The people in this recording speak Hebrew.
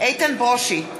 איתן ברושי,